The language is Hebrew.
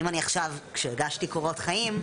אם אני עכשיו כשהגשתי קורות חיים,